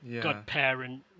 godparent